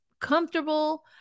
comfortable